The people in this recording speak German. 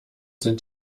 sind